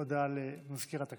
למזכירת הכנסת.